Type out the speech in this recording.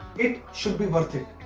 it should be worth it.